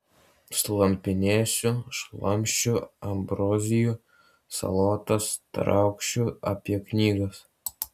slampinėsiu šlamšiu ambrozijų salotas taukšiu apie knygas